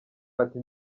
ati